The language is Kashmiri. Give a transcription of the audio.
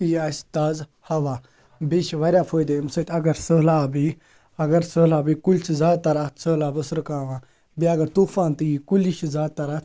یہِ اَسہِ تازٕ ہوا بیٚیہِ چھِ واریاہ فٲیدٕ اَمہِ سۭتۍ اگر سہلاب یی اگر سہلاب ییہِ کُلۍ چھِ زیادٕ تر اَتھ سہلابس رُکاوان بیٚیہِ اگر طوفان تہِ ییہِ کُلی چھِ زیادٕ تر اَتھ